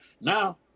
Now